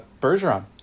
Bergeron